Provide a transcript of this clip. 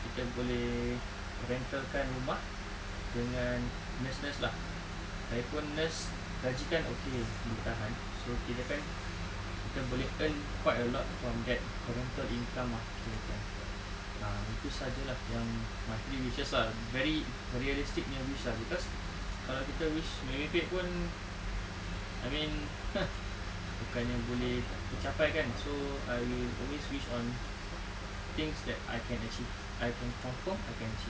kita boleh rental kan rumah dengan nurse nurse lah lagipun nurse gaji kan okay boleh tahan so kirakan kita boleh earn quite a lot from that rental income ah kirakan ah itu saja lah yang my three wishes lah very realistic punya wish ah cause kalau kita wish merepek pun I mean uh bukannya boleh mencapai kan so I will always wish on things that I can achieve I can confirm I can achieve